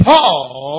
Paul